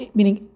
meaning